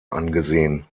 angesehen